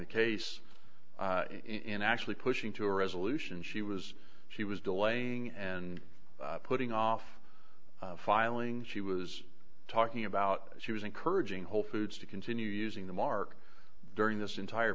the case in actually pushing to a resolution she was she was delaying and putting off filing she was talking about she was encouraging wholefoods to continue using the mark during this entire